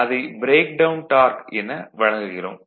அதை breakdown torque என வழங்குகிறோம்